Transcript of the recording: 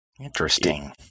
Interesting